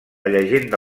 llegenda